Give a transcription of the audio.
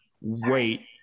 Wait